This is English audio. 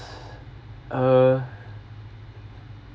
uh